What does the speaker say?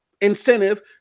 incentive